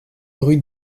rue